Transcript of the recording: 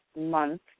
month